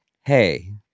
Hey